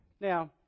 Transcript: Now